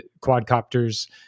quadcopters